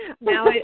Now